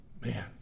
man